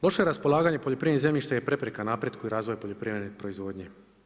Loše raspolaganje poljoprivredno zemljište je prepreka, napretka i razvoju poljoprivredne proizvodnje.